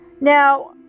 Now